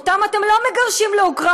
אותם אתם לא מגרשים לאוקראינה,